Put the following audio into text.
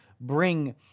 bring –